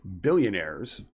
billionaires